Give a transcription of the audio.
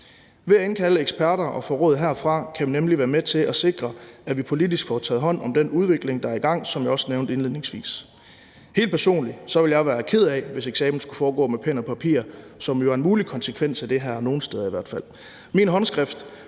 Ved at indkalde eksperter og få råd herfra kan vi nemlig være med til at sikre, at vi politisk får taget hånd om den udvikling, der er i gang, som jeg også nævnte indledningsvis. Helt personligt ville jeg være ked af, hvis eksamen skulle foregå med pen og papir, hvilket jo i hvert fald nogle steder ville være en mulig konsekvens af det her. Min håndskrift